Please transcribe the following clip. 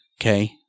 okay